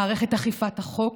מערכת אכיפת החוק